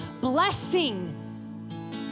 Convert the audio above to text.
Blessing